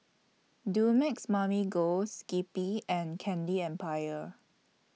Dumex Mamil Gold Skippy and Candy Empire